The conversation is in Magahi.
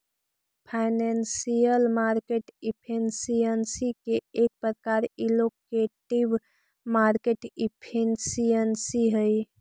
फाइनेंशियल मार्केट एफिशिएंसी के एक प्रकार एलोकेटिव मार्केट एफिशिएंसी हई